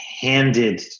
handed